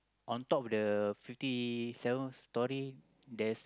on top of the fifty seventh stories there's